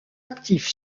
actif